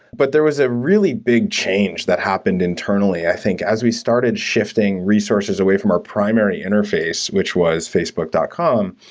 but there was a really big change that happened internally i think. as we started shifting resources away from our primary interface, which was facebook dot com,